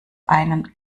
einen